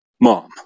mom